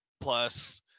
plus